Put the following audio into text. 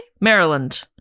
Maryland